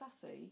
sassy